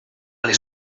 les